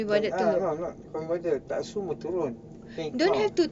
ah cannot cannot can't be bothered tak semua turun can count